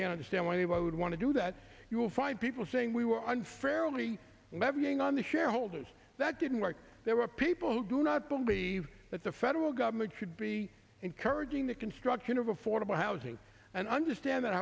can understand why anybody would want to do that you'll find people saying we were unfairly levying on the shareholders that didn't work there were people who do not believe that the federal government should be encouraging the construction of affordable housing and understand that